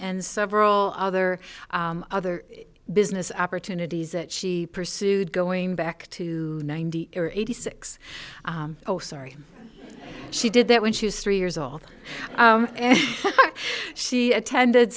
and several other other business opportunities that she pursued going back to ninety or eighty six oh sorry she did that when she was three years old and she attended